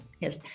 Yes